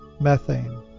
methane